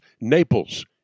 Naples